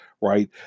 right